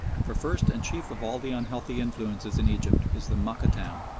for first and chief of all the unhealthy influences in egypt is the mokattam,